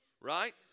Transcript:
Right